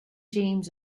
james